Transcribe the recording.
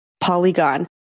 Polygon